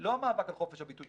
לא המאבק על חופש הביטוי,